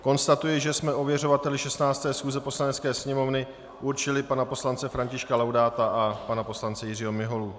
Konstatuji, že jsme ověřovateli 16. schůze Poslanecké sněmovny určili pana poslance Františka Laudáta a pana poslance Jiřího Miholu.